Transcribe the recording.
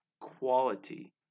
quality